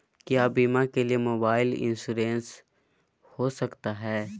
क्या बीमा के लिए मोबाइल इंश्योरेंस हो सकता है?